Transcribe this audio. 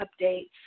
updates